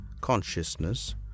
consciousness